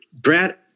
Brad